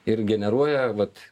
ir generuoja vat